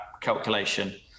calculation